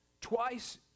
Twice